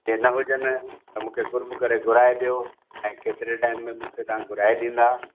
जंहिं न हुजनि त मूंखे कुर्ब करे घुराए ॾियो ऐं केतिरे टाइम में मूंखे तव्हां घुराए ॾींदा